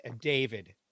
David